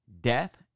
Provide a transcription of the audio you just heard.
death